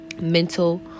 mental